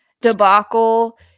debacle